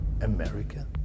America